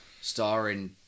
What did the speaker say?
starring